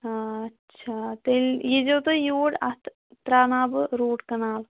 آچھا تیٚلہِ یی زیو تُہۍ یورۍ اَتھ ترٛاوناو بہٕ روٗٹ کَنال